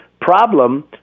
problem